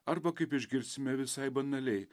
arba kaip išgirsime visai banaliai